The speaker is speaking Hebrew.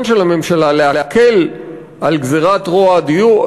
של הממשלה להקל את גזירת רוע הדיור,